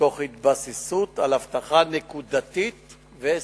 תוך התבססות על אבטחה נקודתית וסביבתית.